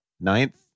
ninth